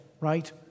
right